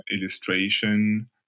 illustration